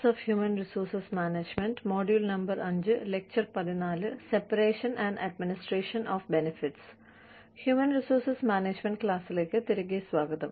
human resource management ക്ലാസിലേക്ക് തിരികെ സ്വാഗതം